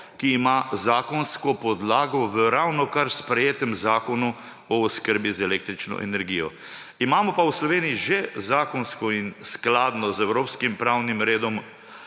ki ima zakonsko podlago v ravnokar sprejetem Zakonu o oskrbi z električno energijo. Imamo pa v Sloveniji že zakonsko in skladno z evropskim pravnim redom